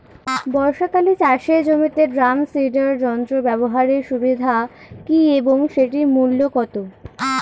বর্ষাকালে চাষের জমিতে ড্রাম সিডার যন্ত্র ব্যবহারের সুবিধা কী এবং সেটির মূল্য কত?